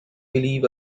believe